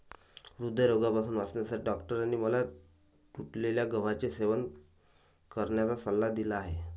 हृदयरोगापासून वाचण्यासाठी डॉक्टरांनी मला तुटलेल्या गव्हाचे सेवन करण्याचा सल्ला दिला आहे